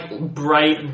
bright